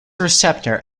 receptor